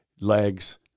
Legs